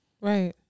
right